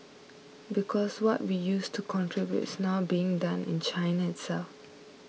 because what we used to contribute is now being done in China itself